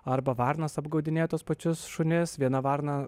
arba varnos apgaudinėja tuos pačius šunis viena varna